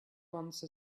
once